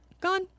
Gone